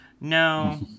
No